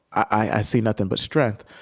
i see nothing but strength